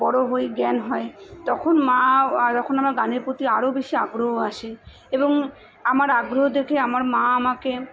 বড় হই জ্ঞান হয় তখন মা যখন আমার গানের প্রতি আরও বেশি আগ্রহ আসে এবং আমার আগ্রহ দেখে আমার মা আমাকে